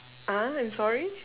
uh I'm sorry